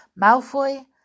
Malfoy